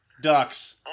Ducks